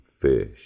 fish